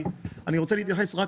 אני מסכים, יש קושי כשנכנס יזם חדש.